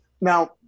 Now